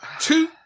two